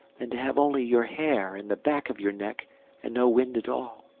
than to have only your hair and the back of your neck and no wind at all.